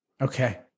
Okay